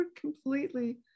completely